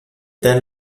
then